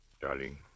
darling